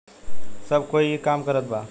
सब कोई ई काम करत बा